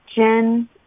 Jen